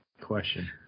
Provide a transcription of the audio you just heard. question